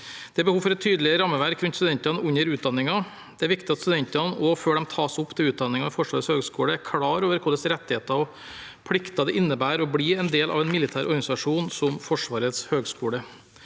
Det er behov for et tydeligere rammeverk rundt studentene under utdanningen. Det er viktig at studentene, også før de tas opp til utdanning ved Forsvarets høgskole, er klar over hvilke rettigheter og plikter det innebærer å bli en del av en militær organisasjon som Forsvarets høgskole.